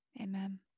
Amen